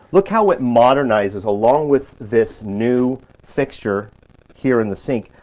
look how it modernizes, along with this new fixture here in the sink.